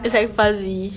it's like fuzzy